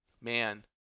Man